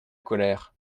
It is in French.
colère